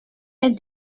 est